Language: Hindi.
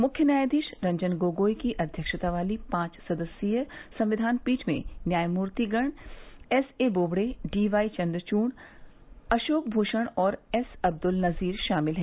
मुख्य न्यायाधीश रंजन गोगोई की अध्यक्षता वाली पांच सदस्यीय संविधान पीठ में न्यायमूर्तिगण S A Bobde D Y Chandrachud Ashok Bhushan और एस अद्दुल नजीर शामिल हैं